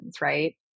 right